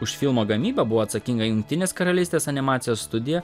už filmo gamybą buvo atsakinga jungtinės karalystės animacijos studija